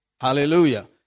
Hallelujah